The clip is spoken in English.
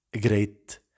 great